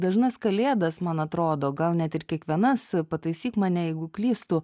dažnas kalėdas man atrodo gal net ir kiekvienas pataisyk mane jeigu klystu